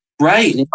Right